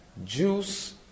Juice